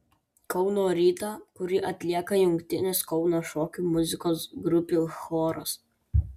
kauno rytą kurį atlieka jungtinis kauno šokių muzikos grupių choras